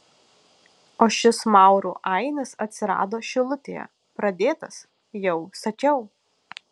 o šis maurų ainis atsirado šilutėje pradėtas jau sakiau